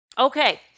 Okay